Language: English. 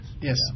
Yes